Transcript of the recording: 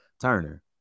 Turner